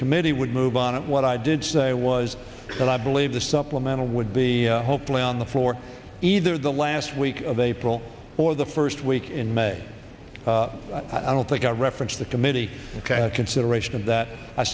committee would move on it what i did say was that i believe the supplemental would be hopefully on the floor either the last week of april or the first week in may i don't think i referenced the committee consideration of